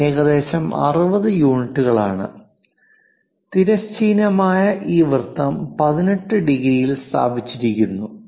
ഇത് ഏകദേശം 60 യൂണിറ്റുകളാണ് തിരശ്ചീനമായ ഈ വൃത്തം 18 ഡിഗ്രിയിൽ സ്ഥാപിച്ചിരിക്കുന്നു